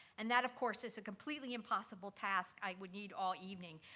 and that, of course, is a completely impossible task. i would need all evening.